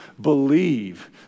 believe